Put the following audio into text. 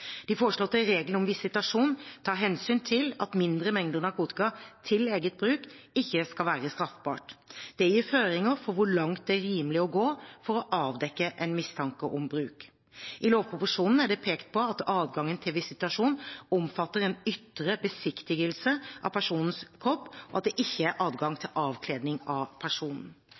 De foreslåtte reglene om visitasjon tar hensyn til at mindre mengder narkotika til eget bruk ikke skal være straffbart. Dette gir føringer for hvor langt det er rimelig å gå for å avdekke en mistanke om bruk. I lovproposisjonen er det pekt på at adgangen til visitasjon omfatter en ytre besiktigelse av personens kropp, og at det ikke er adgang til avkledning av personen.